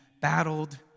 battled